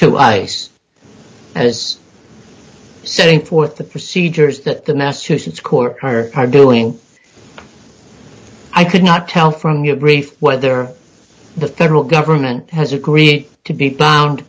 was setting forth the procedures that the massachusetts court are doing i could not tell from your brief whether the federal government has agreed to be found